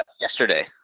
yesterday